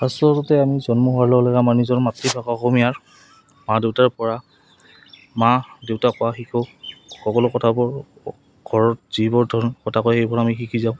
ফাৰ্ষ্টতে আমি জন্ম হোৱাৰ লগে লগে আমাৰ নিজৰ মাতৃভাষা অসমীয়াৰ মা দেউতাৰ পৰা মা দেউতা কোৱা শিকোঁ সকলো কথাবোৰ ঘৰত যিবোৰ ধৰণত কথা কয় সেইবোৰ আমি শিকি যাওঁ